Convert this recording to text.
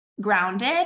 grounded